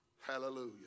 Hallelujah